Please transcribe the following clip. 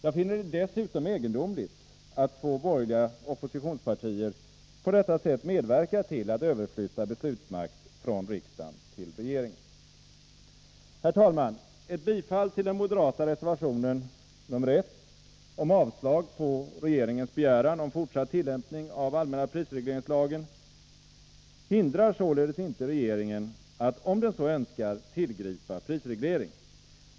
Jag finner det dessutom egendomligt att två borgerliga oppositionspartier på detta sätt medverkar till att överflytta beslutsmakt från Herr talman! Ett bifall till den moderata reservationen nr 1 om avslag på regeringens begäran om fortsatt tillämpning av allmänna prisregleringslagen hindrar således inte regeringen att om den så önskar tillgripa prisreglering.